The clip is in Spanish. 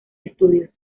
estudios